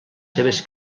seves